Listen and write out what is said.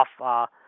off